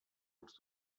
els